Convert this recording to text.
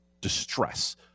distress